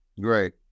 great